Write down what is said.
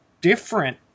different